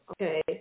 okay